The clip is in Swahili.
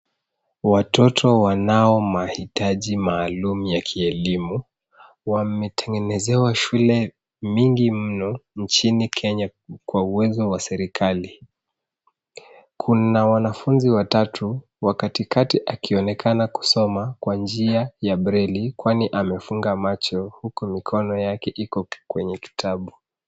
Watoto wanao mahitaji maalum ya kielimu, wametengenezewa shule mingi mno nchini Kenya kwa uwezo wa serikali. Kuna wanafunzi watatu, wa katikati akionekana kusoma kwa njia ya breli, kwani amefunga macho huku mikono yake iko kwenye kitabu.